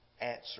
answer